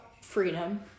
freedom